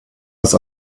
das